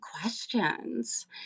questions